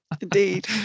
Indeed